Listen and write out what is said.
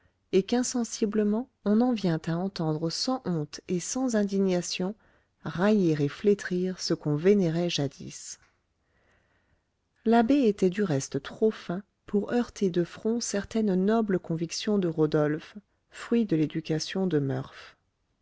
et qu'insensiblement on en vient à entendre sans honte et sans indignation railler et flétrir ce qu'on vénérait jadis l'abbé était du reste trop fin pour heurter de front certaines nobles convictions de rodolphe fruit de l'éducation